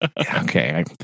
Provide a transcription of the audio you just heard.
Okay